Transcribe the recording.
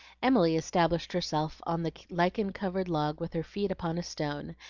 emily established herself on the lichen-covered log with her feet upon a stone,